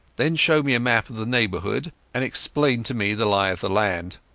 then show me a map of the neighbourhood and explain to me the lie of the land.